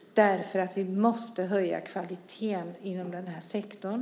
Vi måste höja kvaliteten inom den här sektorn.